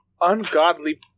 ungodly